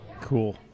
Cool